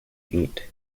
eat